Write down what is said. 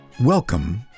Welcome